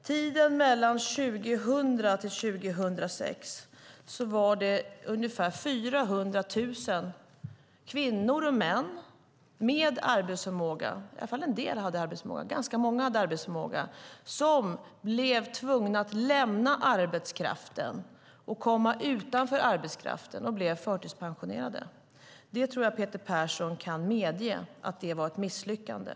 Under perioden 2000-2006 var det ungefär 400 000 kvinnor och män, och ganska många av dem hade arbetsförmåga, som blev tvungna att lämna arbetskraften och bli förtidspensionerade. Jag tror att Peter Persson kan medge att det var ett misslyckande.